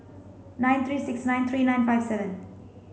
nine three six nine three nine five seven